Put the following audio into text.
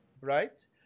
right